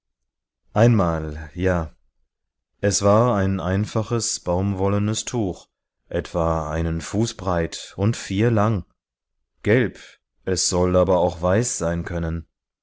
einmal ja es war ein einfaches baumwollenes tuch etwa einen fuß breit und vier lang gelb es soll aber auch weiß sein können